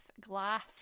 glass